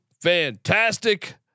fantastic